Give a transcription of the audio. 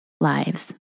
lives